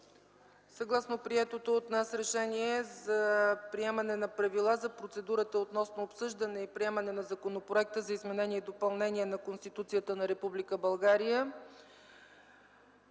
Съгласно приетото от нас решение за приемане на правила за процедурата относно обсъждане и приемане на Законопроект за изменение и допълнение на Конституцията на